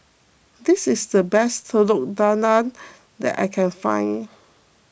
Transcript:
this is the best Telur Dadah that I can find